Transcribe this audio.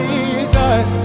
Jesus